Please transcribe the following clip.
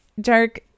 dark